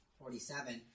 forty-seven